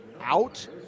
out